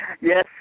Yes